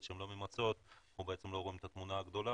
שהן לא ממצות אנחנו בעצם לא רואים את התמונה הגדולה.